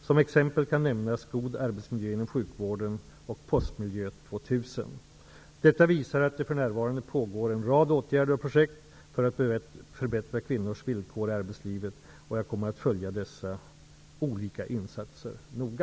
Som exempel kan nämnas ''God arbetsmiljö inom sjukvården'' och ''Postmiljö 2000''. Detta visar att det för närvarande pågår en rad åtgärder och projekt för att förbättra kvinnors villkor i arbetslivet, och jag kommer att följa dessa olika insatser noga.